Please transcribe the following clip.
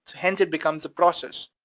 hence it becomes a process.